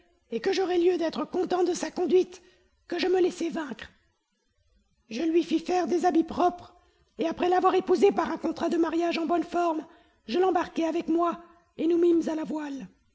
et que j'aurais lieu d'être content de sa conduite que je me laissai vaincre je lui fis faire des habits propres et après l'avoir épousée par un contrat de mariage en bonne forme je l'embarquai avec moi et nous mîmes à la voile